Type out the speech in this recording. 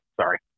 Sorry